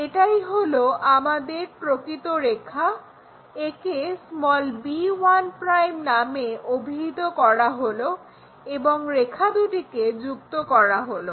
এটাই হলো আমাদের প্রকৃত দৈর্ঘ্য একে b1' নামে অভিহিত করা হলো এবং রেখা দুটিকে যুক্ত করা হলো